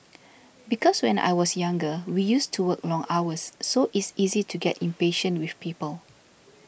because when I was younger we used to work long hours so it's easy to get impatient with people